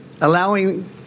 allowing